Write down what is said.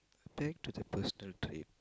take to the personal trip